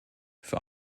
für